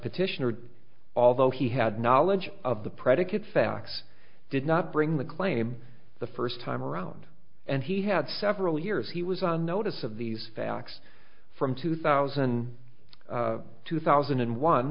petitioner although he had knowledge of the predicate facts did not bring the claim the first time around and he had several years he was on notice of these facts from two thousand two thousand and one